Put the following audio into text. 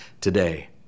today